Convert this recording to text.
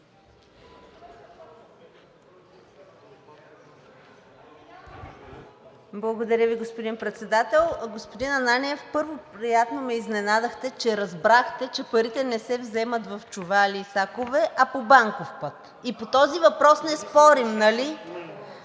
Благодаря Ви, господин Председател. Господин Ананиев, приятно ме изненадахте и разбрахте, че парите не се вземат в чували или в сакове, а по банков път и по този въпрос не спорим, нали?